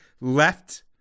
left